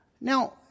Now